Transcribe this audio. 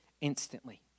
instantly